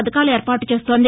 పథకాలు ఏర్పాటు చేస్తోంది